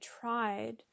tried